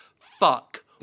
fuck